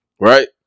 Right